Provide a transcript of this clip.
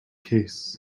case